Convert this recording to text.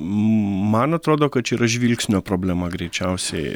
man atrodo kad čia yra žvilgsnio problema greičiausiai